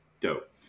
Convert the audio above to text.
dope